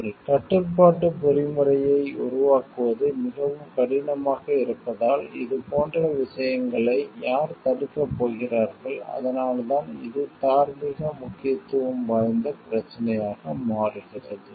ஒரு கட்டுப்பாட்டு பொறிமுறையை உருவாக்குவது மிகவும் கடினமாக இருப்பதால் இது போன்ற விஷயங்களை யார் தடுக்கப் போகிறார்கள் அதனால்தான் இது தார்மீக முக்கியத்துவம் வாய்ந்த பிரச்சினையாக மாறுகிறது